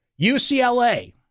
UCLA